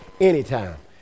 anytime